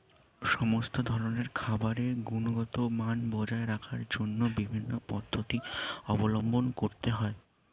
সমস্ত ধরনের খাবারের গুণগত মান বজায় রাখার জন্য বিভিন্ন পদ্ধতি অবলম্বন করতে হয়